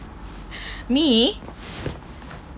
free